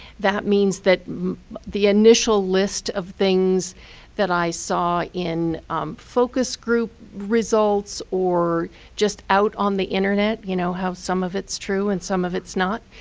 that means that the initial list of things that i saw in focus group results or just out on the internet, you know how some of it's true, and some of it's not,